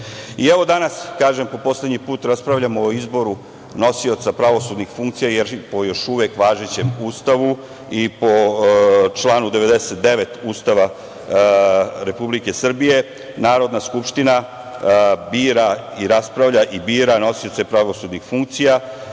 danas, kažem, po poslednji put, raspravljamo o izboru nosioca pravosudnih funkcija, jer po još uvek važećem Ustavu i po članu 99. Ustava Republike Srbije Narodna skupština raspravlja i bira nosioce pravosudnih funkcija.